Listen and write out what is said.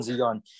on